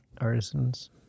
Artisans